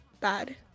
bad